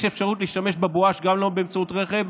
יש אפשרות להשתמש בבואש גם לא באמצעות רכב,